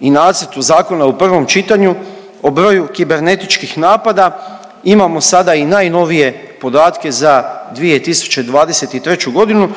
i nacrtu zakona u prvom čitanju, o broju kibernetičkih napada. Imamo sada i najnovije podatke za 2023.g.